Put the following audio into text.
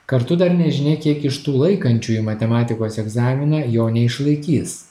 kartu dar nežinia kiek iš tų laikančiųjų matematikos egzaminą jo neišlaikys